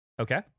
Okay